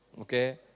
Okay